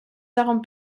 darum